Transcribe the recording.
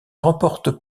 remportent